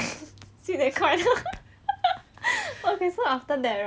okay so after that right is like err